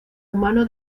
humano